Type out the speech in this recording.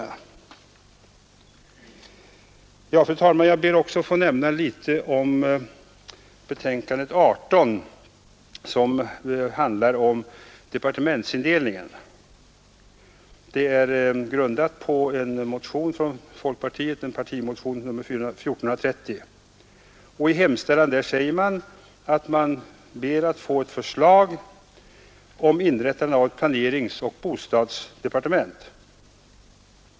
Jag ber också, fru talman, få säga några ord om civilutskottets betänkande nr 18 som handlar om departementsindelningen. Betänkandet grundas på en partimotion från folkpartiet, motionen 1430. Man hemställer att förslag bör framläggas om inrättandet av ett planeringsoch bostadsdepartement.